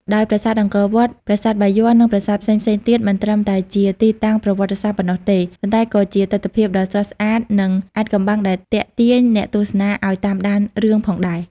ដោយប្រាសាទអង្គរវត្ត ប្រាសាទបាយ័ន និងប្រាសាទផ្សេងៗទៀត មិនត្រឹមតែជាទីតាំងប្រវត្តិសាស្ត្រប៉ុណ្ណោះទេ ប៉ុន្តែក៏ជាទិដ្ឋភាពដ៏ស្រស់ស្អាតនិងអាថ៌កំបាំងដែលទាក់ទាញអ្នកទស្សនាឲ្យតាមដានរឿងផងដែរ។